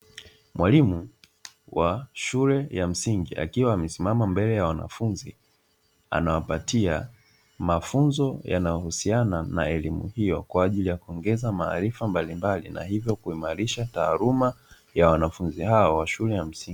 Mwalimu wa shule ya msingi akiwa amesimama mbele ya wanafunzi anawapatia mafunzo yanayohusiana na elimu hiyo, kwa ajili ya kuongeza maarifa mbalimbali na hivyo kuimarisha taaluma ya wanafunzi hao wa shule ya msingi.